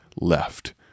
left